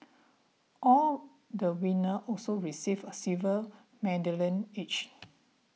all the winner also received a silver medallion each